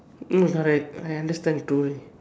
no it's alright I understand tol